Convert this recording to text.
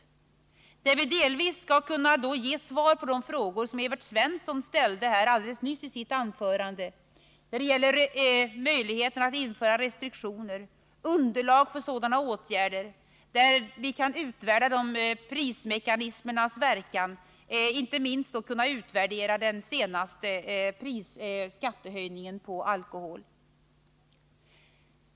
Vi skall då delvis kunna ge svar på de frågor som Evert Svensson ställde alldeles nyss i sitt anförande när det gäller möjligheterna att införa restriktioner och underlag för sådana åtgärder, t.ex. en utvärdering av prismekanismens verkan och inte minst en utvärdering av den senaste höjningen av alkoholskatten.